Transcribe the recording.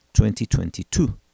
2022